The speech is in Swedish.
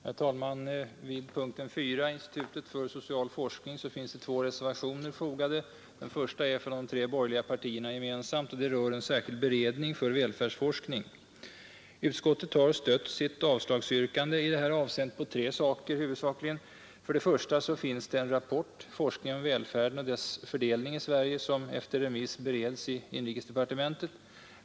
Herr talman! Vid punkten 4, Institutet för social forskning, finns två reservationer fogade. Den första är gemensam för de tre borgerliga partierna och rör en särskild beredning för välfärdsforskning. Utskottet har stött sitt avslagsyrkande i det här avseendet på huvudsakligen tre ting. För det första finns det en rapport, Forskning om välfärden och dess fördelning i Sverige, som efter remiss bereds i inrikesdepartementet.